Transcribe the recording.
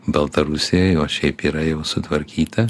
baltarusijoj o šiaip yra jau sutvarkyta